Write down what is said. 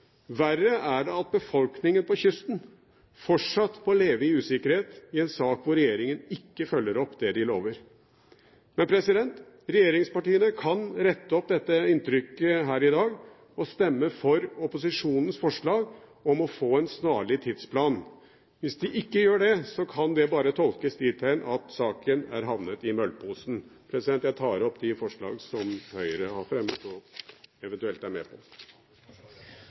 Verre er det at befolkningen langs kysten fortsatt må leve i usikkerhet i en sak hvor regjeringen ikke følger opp det de lover. Men regjeringspartiene kan rette opp dette inntrykket her i dag og stemme for opposisjonens forslag om å få en snarlig tidsplan. Hvis de ikke gjør det, kan det bare tolkes dit hen at saken er havnet i møllposen. Jeg tar opp det forslaget som Høyre har fremmet. Representanten Øyvind Halleraker har tatt opp det forslaget han refererte til. Det blir replikkordskifte. OPS-finansiering er